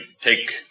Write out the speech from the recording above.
take